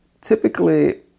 Typically